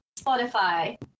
Spotify